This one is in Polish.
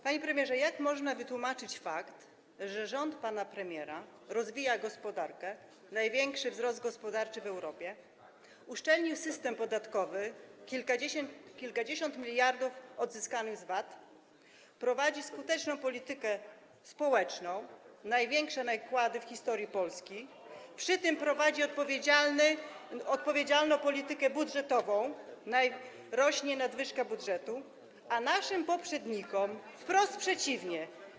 Panie premierze, jak można wytłumaczyć fakt, że rząd pana premiera rozwija gospodarkę - największy wzrost gospodarczy w Europie - uszczelnił system podatkowy - kilkadziesiąt miliardów odzyskanych z VAT - prowadzi skuteczną politykę społeczną - największe nakłady w historii Polski - przy tym prowadzi odpowiedzialną politykę budżetową - rośnie nadwyżka budżetu - a naszym poprzednikom wprost przeciwnie.